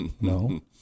No